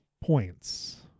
points